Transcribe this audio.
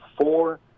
four